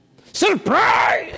Surprise